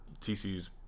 TCU's